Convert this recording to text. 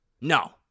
No